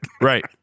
Right